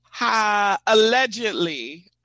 Allegedly